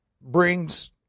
brings